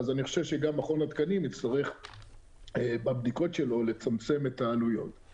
אז אני חושב שגם מכון התקנים יצטרך לצמצם את העלויות של הבדיקות שלו.